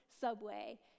subway